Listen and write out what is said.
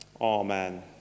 Amen